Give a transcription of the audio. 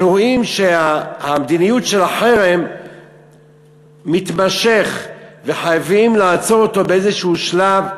אנחנו רואים שהמדיניות של החרם מתמשכת וחייבים לעצור אותה באיזשהו שלב,